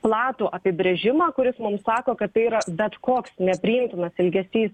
platų apibrėžimą kuris mums sako kad tai yra bet koks nepriimtinas elgesys